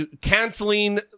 canceling